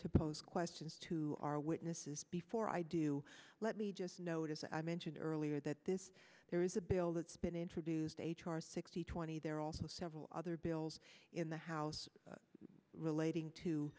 to pose questions to our witnesses before i do let me just note as i mentioned earlier that this there is a bill that's been introduced h r sixty twenty there are also several other bills in the house relating to